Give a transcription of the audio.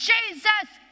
Jesus